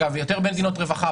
יותר מדינות רווחה,